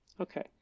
Okay